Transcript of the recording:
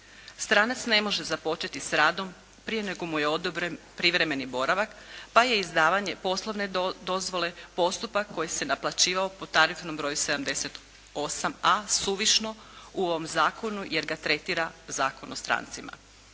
Stranac ne može započeti s radom prije nego mu je odobren privremeni boravak, pa je izdavanje poslovne dozvole postupak koji se naplaćivao po tarifnom broju 78a suvišno u ovom zakonu jer ga tretira Zakon o strancima.